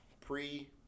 pre